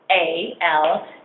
A-L